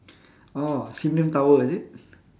oh sim lim tower is it